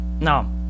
No